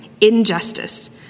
injustice